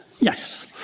Yes